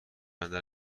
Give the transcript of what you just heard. بندر